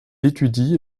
étudie